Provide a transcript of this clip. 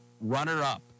runner-up